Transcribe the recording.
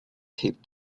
taped